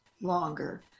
longer